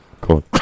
cool